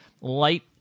light